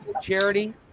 Charity